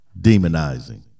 demonizing